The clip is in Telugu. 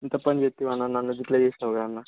ఎంత పని చేస్తివి అన్నా నన్ను గిట్లా చేసినావు కదన్నా